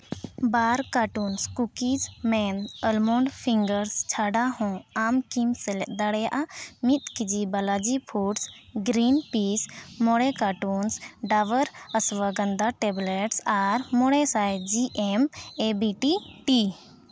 ᱵᱟᱨ carton cookieman almond fingers ᱪᱷᱟᱰᱟ ᱦᱚᱸ ᱟᱢ ᱠᱤᱢ ᱥᱮᱞᱮᱫ ᱫᱟᱲᱮᱭᱟᱜᱼᱟ ᱢᱤᱫ KG Balaji foods green pea ᱢᱚᱬᱮ ᱠᱟᱨᱴᱩᱱᱥ ᱰᱟᱵᱚᱨ ᱚᱥᱥᱚᱜᱚᱱᱫᱷᱟ ᱴᱮᱵᱽᱞᱮᱴᱥ ᱟᱨ ᱢᱚᱬᱮ ᱥᱟᱭ G M A B T T